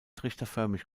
trichterförmig